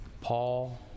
Paul